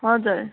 हजुर